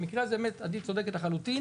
במקרה הזה באמת עדי צודקת לחלוטין,